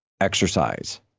exercise